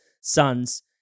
sons